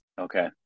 Okay